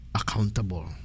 accountable